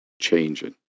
changing